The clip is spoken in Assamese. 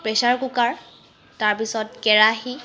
প্ৰেছাৰ কুকাৰ তাৰপিছত কেৰাহি